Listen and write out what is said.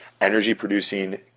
energy-producing